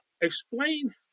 explain